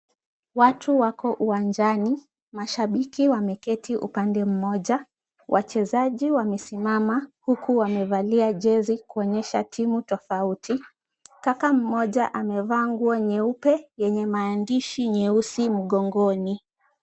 Watu wako uwanjani. Mashabiki wameketi upande mmoja. Wachezaji wamesimama huku wamevalia jezi kuonyesha timu tofauti. Kaka mmoja amevaa nguo nyeupe yenye maandishi nyeusi mgongoni.